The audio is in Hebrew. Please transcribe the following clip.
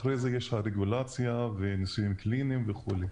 אחרי זה יש רגולציה וניסויים קליניים וכולי.